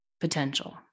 potential